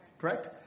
correct